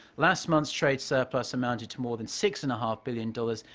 last month's trade surplus amounted to more than six-and-a-half billion dollars.